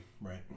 Right